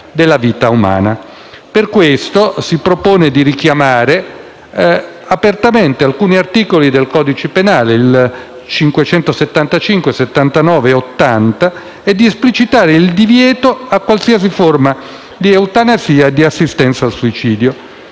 Per questo si propone di richiamare apertamente gli articoli 575, 579 e 580 del codice penale e di esplicitare il divieto a qualsiasi forma di eutanasia e di assistenza al suicidio.